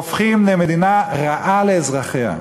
הופכים למדינה רעה לאזרחיה.